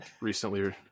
recently